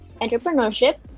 entrepreneurship